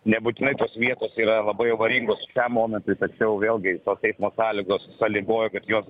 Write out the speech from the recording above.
nebūtinai tos vietos yra labai avaringos šiam momentui tačiau vėlgi tos eismo sąlygos sąlygoja kad jos